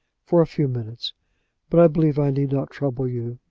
for a few minutes but i believe i need not trouble you.